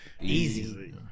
easy